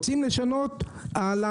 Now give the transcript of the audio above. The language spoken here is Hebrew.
אתם רוצים לשנות אהלן,